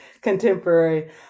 contemporary